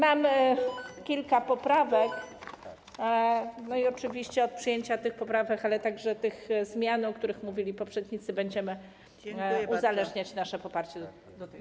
Mam kilka poprawek i oczywiście od przyjęcia tych poprawek, ale także tych zmian, o których mówili poprzednicy, będziemy uzależniać nasze poparcie dla tej ustawy.